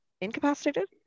incapacitated